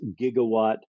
gigawatt